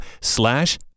slash